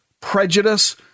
prejudice